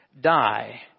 die